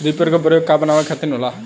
Reaper का प्रयोग का बनावे खातिन होखि?